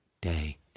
day